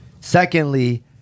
Secondly